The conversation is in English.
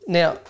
now